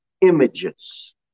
Images